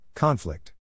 Conflict